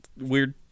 weird